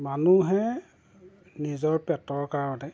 মানুহে নিজৰ পেটৰ কাৰণে